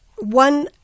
One